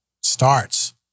starts